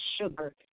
sugar